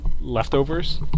leftovers